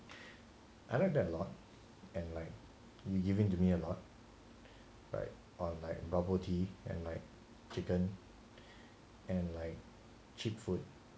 I think that a lot and like you giving me a lot like on like bubble tea and like chicken and like cheap food